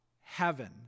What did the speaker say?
heaven